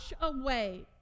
away